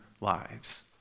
lives